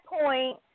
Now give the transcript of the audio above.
point